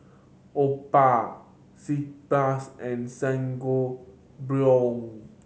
Oppa Sitz Bath and Sangobion